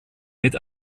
mit